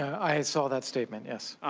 i i saw that statement, yes.